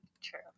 True